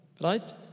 right